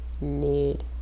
need